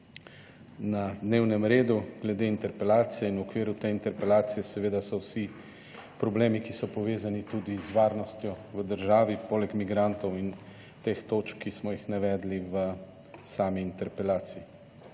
na dnevnem redu glede interpelacije in v okviru te interpelacije seveda so vsi problemi, ki so povezani tudi z varnostjo v državi poleg migrantov in teh točk, ki smo jih navedli v sami interpelaciji.